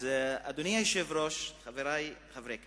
אז, אדוני היושב-ראש, חברי חברי הכנסת,